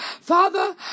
Father